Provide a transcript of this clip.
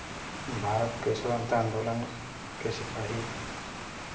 भारत के स्वतंत्रता आन्दोलन के सिपाही